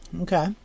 Okay